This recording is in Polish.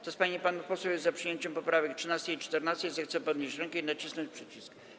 Kto z pań i panów posłów jest za przyjęciem poprawek 13. i 14., zechce podnieść rękę i nacisnąć przycisk.